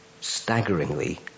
staggeringly